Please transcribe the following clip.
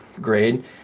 grade